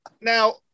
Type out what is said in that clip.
now